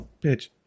bitch